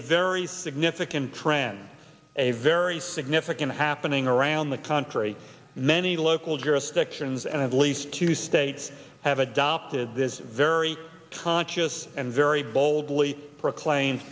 very significant trend a very significant happening around the country many local jurisdictions and of least two states have adopted this very touches and very boldly proclaim